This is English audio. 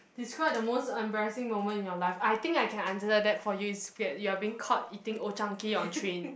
describe the most embarrassing moment in your life I think I can answer that that for you is you are being caught eating Old Chang-Kee on train